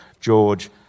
George